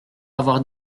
avoir